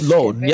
Lord